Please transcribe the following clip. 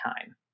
time